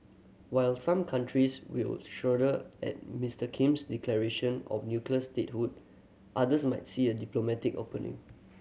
while some countries will shudder at Mister Kim's declaration of nuclear statehood others might see a diplomatic opening